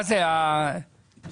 מה זה, שלמה?